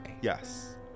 Yes